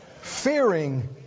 Fearing